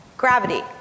Gravity